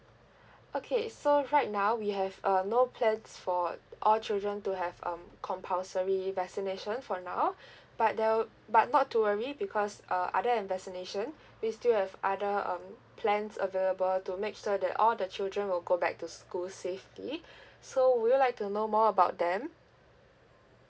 okay so right now we have uh no plans for all children to have um compulsory vaccination for now but there will but not to worry because uh other than vaccination we still have other um plans available to make sure that all the children will go back to school safely so would you like to know more about them